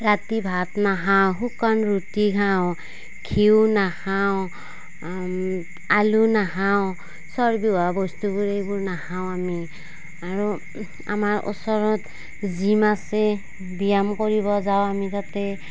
ৰাতি ভাত নাখাওঁ শুকান ৰুটি খাওঁ ঘিউ নাখাওঁ আলু নাখাওঁ চৰ্বী হোৱা বস্তুবোৰ এইবোৰ নাখাওঁ আমি আৰু আমাৰ ওচৰত জিম আছে ব্যায়াম কৰিব যাওঁ আমি তাতে